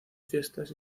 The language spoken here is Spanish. fiestas